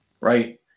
right